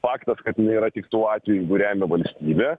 faktas kad inai yra tik tuo atveju jeigu remia valstybė